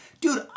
Dude